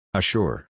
Assure